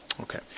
Okay